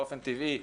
באופן טבעי,